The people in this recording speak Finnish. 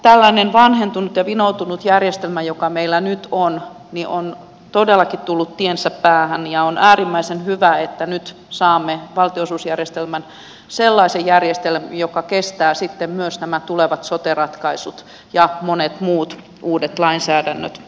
tällainen vanhentunut ja vinoutunut järjestelmä joka meillä nyt on on todellakin tullut tiensä päähän ja on äärimmäisen hyvä että nyt saamme sellaisen järjestelmän valtionosuusjärjestelmän joka kestää sitten myös nämä tulevat sote ratkaisut ja monet muut uudet lainsäädännöt muidenkin toimien osalta